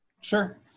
Sure